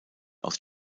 aus